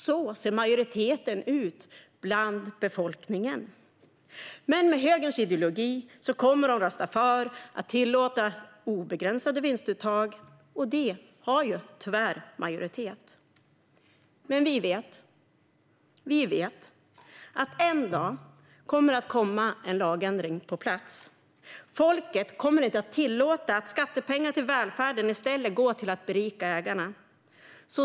Så ser det ut i majoriteten av befolkningen. Men högern kommer med sin ideologi att rösta för att tillåta obegränsade vinstuttag, och de har tyvärr majoritet i riksdagen. Vi vet dock att det en dag kommer en lagändring på plats. Folket kommer inte att tillåta att skattepengar till välfärden i stället går till att berika ägarna.